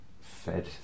fed